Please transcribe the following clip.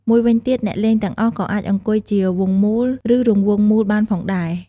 មួយវិញទៀត អ្នកលេងទាំងអស់ក៏អាចអង្គុយជា វង់មូល ឬរង្វង់មូលបានផងដែរ។